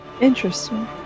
Interesting